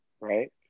right